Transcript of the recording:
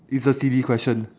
it's a silly question